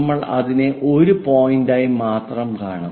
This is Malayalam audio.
നമ്മൾ അതിനെ ഒരു പോയിന്റായി മാത്രം കാണും